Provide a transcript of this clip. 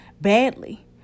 badly